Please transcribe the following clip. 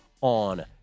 on